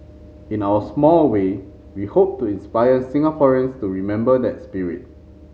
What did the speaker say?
in our small way we hope to inspire Singaporeans to remember that spirit